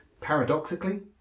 paradoxically